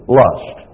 lust